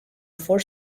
four